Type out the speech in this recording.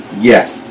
Yes